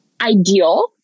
ideal